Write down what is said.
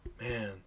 man